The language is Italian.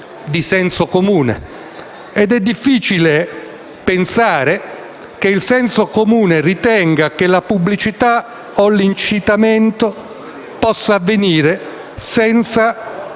è difficile pensare che il senso comune ritenga che la pubblicità o l'incitamento possano avvenire senza